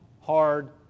hard